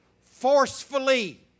Forcefully